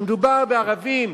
כשמדובר בערבים,